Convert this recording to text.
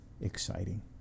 exciting